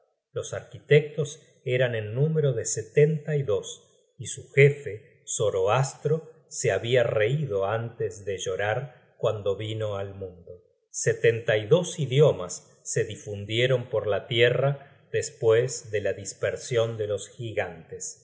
los arquitectos eran en número de setenta y dos y su jefe zoroastro se habia reido antes de llorar cuando vino al mundo setenta y dos idiomas se difundieron por la tierra despues de la dispersion de los gigantes